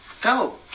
Go